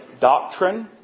doctrine